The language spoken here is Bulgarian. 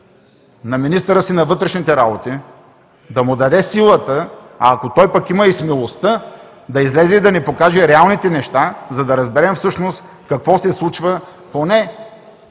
на министъра си на вътрешните работи, да му даде силата, а ако той пък има и смелостта, да излезе и да ни покаже реалните неща, за да разберем всъщност какво се случва поне